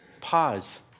pause